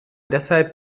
deshalb